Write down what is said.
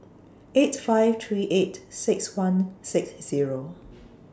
eight five three eight six one six Zero